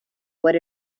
what